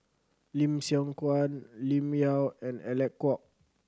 Lim Siong Guan Lim Yau and Alec Kuok